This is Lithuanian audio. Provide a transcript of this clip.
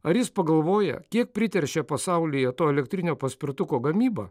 ar jis pagalvoja kiek priteršia pasaulyje to elektrinio paspirtuko gamyba